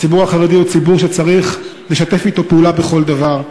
הציבור החרדי הוא ציבור שצריך לשתף אתו פעולה בכל דבר,